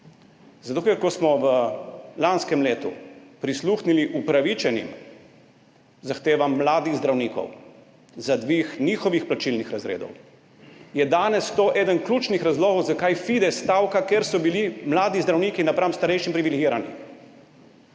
Zato ker ko smo v lanskem letu prisluhnili upravičenim zahtevam mladih zdravnikov za dvig njihovih plačilnih razredov, je danes to eden ključnih razlogov zakaj FIDES stavka. Ker so bili mladi zdravniki napram starejšim privilegirani.